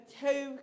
two